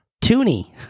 Toony